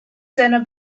seiner